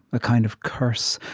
a kind of curse,